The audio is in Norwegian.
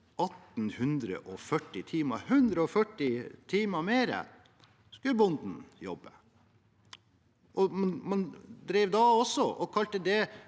1 840 timer – 140 flere timer skulle bonden jobbe. Man drev også og kalte det